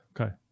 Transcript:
okay